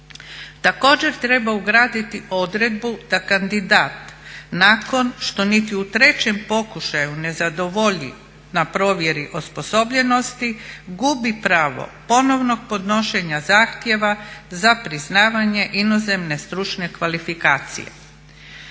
Također, treba ugraditi odredbu da kandidat nakon što niti u trećem pokušaju ne zadovolji na provjeri osposobljenosti gubi pravo ponovnog podnošenja zahtjeva za priznavanje inozemne stručne kvalifikacije.